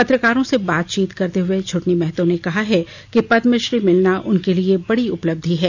पत्रकारों से बातचीत करते हुए छुटनी महतो ने कहा है कि पद्मश्री मिलना उनके लिए बड़ी उपलब्धि है